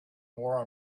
wore